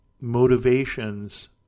motivations